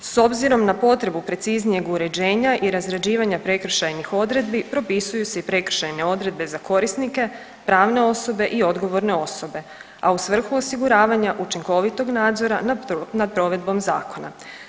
S obzirom na potrebu preciznijeg uređenja i razrađivanja prekršajnih odredbi propisuju se i prekršajne odredbe za korisnike pravne osobe i odgovorne osobe, a u svrhu osiguravanja učinkovitog nadzora nad provedbom zakona.